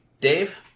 Dave